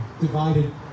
divided